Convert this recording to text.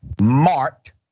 marked